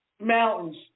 mountains